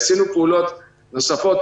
עשינו פעולות נוספות.